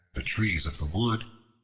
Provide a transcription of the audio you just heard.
the trees of the wood,